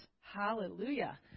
Hallelujah